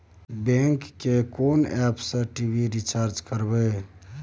Bank के कोन app से टी.वी रिचार्ज करबे?